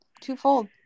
twofold